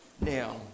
Now